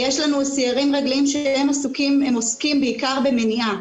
יש לנו סיירים רגליים שהם עוסקים בעיקר במניעה